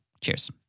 Cheers